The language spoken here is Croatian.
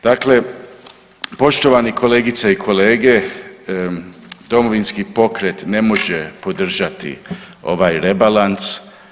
Dakle poštovane kolegice i kolege, Domovinski pokret ne može podržati ovaj rebalans.